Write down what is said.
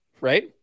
right